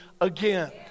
again